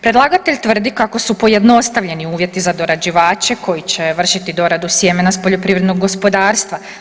Predlagatelj tvrdi kako su pojednostavljeni uvjeti za dorađivače koji će vršiti doradu sjemena sa poljoprivrednog gospodarstva.